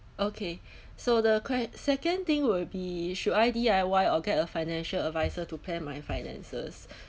okay so the que~ second thing will be should I D_I_Y or get a financial advisor to plan my finances